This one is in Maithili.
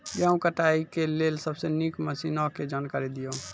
गेहूँ कटाई के लेल सबसे नीक मसीनऽक जानकारी दियो?